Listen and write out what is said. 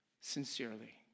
sincerely